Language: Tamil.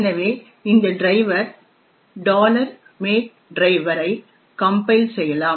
எனவே இந்த டிரைவர் make driver ஐ கம்பைல் செய்யலாம்